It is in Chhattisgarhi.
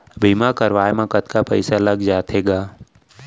बीमा करवाए म कतका पइसा लग जाथे गा?